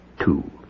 two